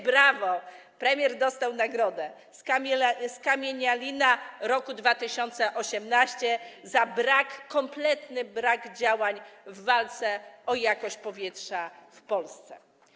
Brawo, premier dostał nagrodę: Skamielina Roku za rok 2018 za kompletny brak działań w walce o jakość powietrza w Polsce.